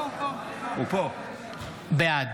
בעד